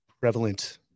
prevalent